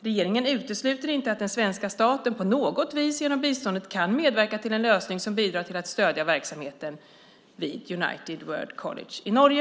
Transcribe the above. Regeringen utesluter inte att den svenska staten på något vis genom biståndet kan medverka till en lösning som bidrar till att stödja verksamheten vid United World College i Norge.